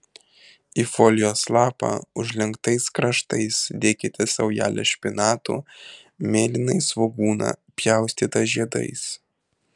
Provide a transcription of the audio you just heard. į folijos lapą užlenktais kraštais dėkite saujelę špinatų mėlynąjį svogūną pjaustytą žiedais